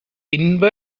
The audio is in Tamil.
இன்ப